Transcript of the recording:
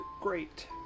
Great